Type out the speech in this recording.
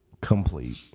Complete